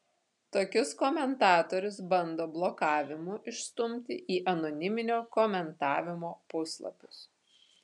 tokius komentatorius bando blokavimu išstumti į anoniminio komentavimo puslapius